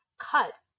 Cut